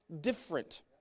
different